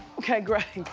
okay, greg.